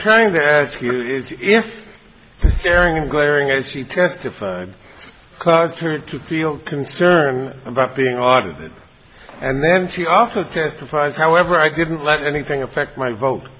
trying to ask you if caring glaring as she testified caused her to feel concerned about being audited and then she also testifies however i didn't let anything affect my vote